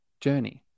journey